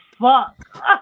fuck